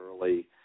early